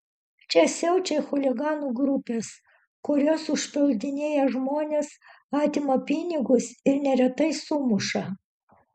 čia siaučia chuliganų grupės kurios užpuldinėja žmones atima pinigus ir neretai sumuša